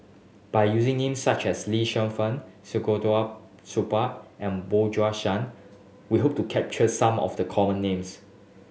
by using names such as Lee Fen Supaat and Bjorn Shan we hope to capture some of the common names